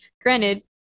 Granted